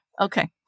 Okay